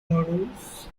models